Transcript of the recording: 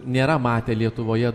nėra matę lietuvoje